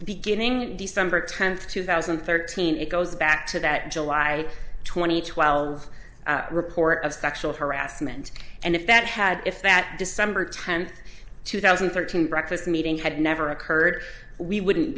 beginning december tenth two thousand and thirteen it goes back to that july twenty twelve report of sexual harassment and if that had if that december tenth two thousand and thirteen breakfast meeting had never occurred we wouldn't